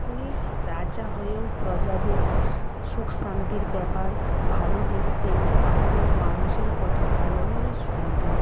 উনি রাজা হয়েও প্রজাদের সুখ শান্তির ব্যাপার ভালো দেখতেন সাধারণ মানুষের কথা ভালোভাবে শুনতেন